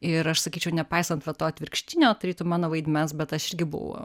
ir aš sakyčiau nepaisant va to atvirkštinio tarytum mano vaidmens bet aš irgi buvo